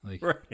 Right